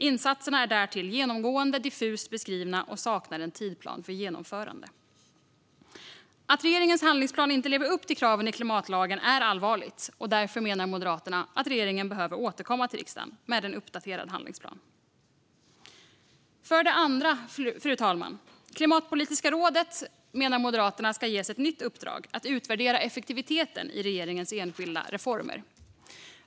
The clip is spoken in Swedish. Insatserna är därtill genomgående diffust beskrivna och saknar en tidplan för genomförande." Att regeringens handlingsplan inte lever upp till kraven i klimatlagen är allvarligt. Därför menar Moderaterna att regeringen behöver återkomma till riksdagen med en uppdaterad handlingsplan. För det andra, fru talman, menar Moderaterna att Klimatpolitiska rådet ska ges ett nytt uppdrag att utvärdera effektiviteten i regeringens enskilda reformer.